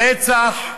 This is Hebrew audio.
הרצח,